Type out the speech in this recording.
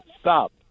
stop